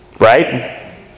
Right